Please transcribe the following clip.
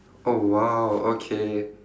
oh !wow! okay